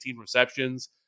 receptions